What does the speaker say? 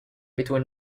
between